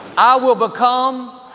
will become